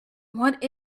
what